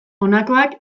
honakoak